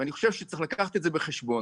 ואני חושב שצריך לקחת את זה בחשבון.